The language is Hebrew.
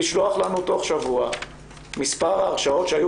לשלוח לנו תוך שבוע את מספר ההרשעות שהיו